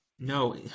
No